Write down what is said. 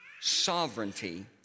sovereignty